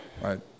Right